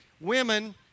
women